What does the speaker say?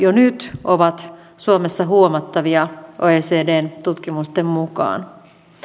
jo nyt suomessa huomattavia oecdn tutkimusten mukaan